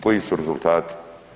Koji su rezultati?